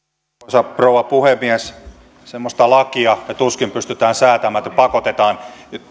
arvoisa rouva puhemies semmoista lakia me tuskin pystymme säätämään että pakotetaan